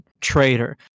trader